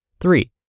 Three